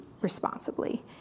responsibly